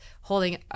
holding